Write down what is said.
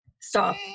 Stop